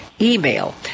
email